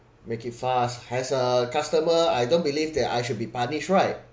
make it fast as a customer I don't believe that I should be punished right